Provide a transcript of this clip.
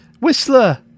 Whistler